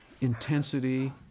intensity